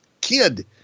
kid